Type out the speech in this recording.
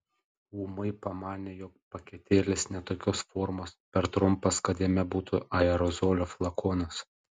ūmai pamanė jog paketėlis ne tokios formos per trumpas kad jame būtų aerozolio flakonas